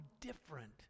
different